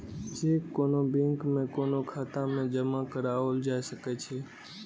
cheque कोनो bank में कोनो खाता मे जमा कराओल जा सकै छै